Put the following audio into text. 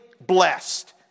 blessed